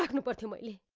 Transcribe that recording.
like and but to me